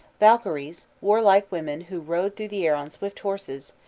valkyries, warlike women who rode through the air on swift horses,